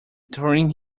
during